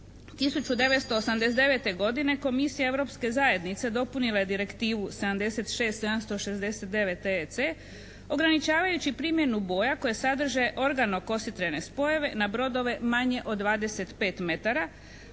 1989. godine Komisija Europske zajednice dopunila je direktivu 76-769-TEC ograničavajući primjenu boja koje sadrže organokositrene spojeve na brodove manje od 25 metara,